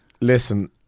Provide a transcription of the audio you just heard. Listen